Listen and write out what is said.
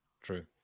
True